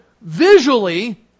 visually